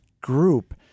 group